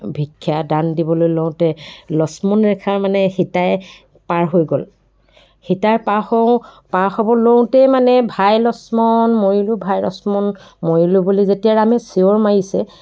ভিক্ষা দান দিবলৈ লওঁতে লক্ষ্মণ ৰেখা মানে সীতাই পাৰ হৈ গ'ল সীতাই পাৰ হওঁ পাৰ হ'ব লওঁতেই মানে ভাই লক্ষ্মণ মৰিলোঁ ভাই লক্ষ্মণ মৰিলোঁ বুলি যেতিয়া ৰামে চিঞৰ মাৰিছে